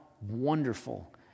wonderful